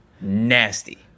nasty